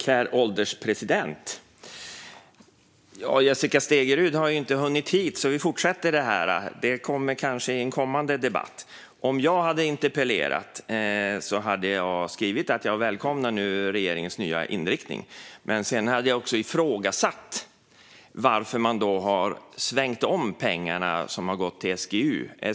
Herr ålderspresident! Jessica Stegrud har inte hunnit hit till kammaren, så vi fortsätter. Det kanske kommer mer i en kommande debatt. Om jag hade interpellerat hade jag skrivit att jag nu välkomnar regeringens nya inriktning. Men jag skulle också ha ifrågasatt varför man har svängt om pengarna som har gått till SGU.